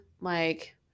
like-